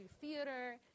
theater